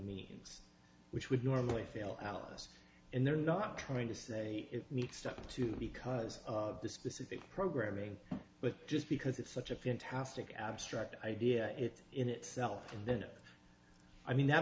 meanings which would normally fail alice and they're not trying to say it makes stuff too because of the specific programming but just because it's such a fantastic abstract idea it in itself and then i mean that